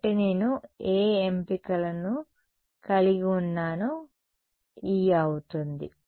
కాబట్టి నేను ఏ ఎంపికలను కలిగి ఉన్నానో E అవుతుంది